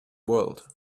world